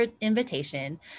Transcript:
invitation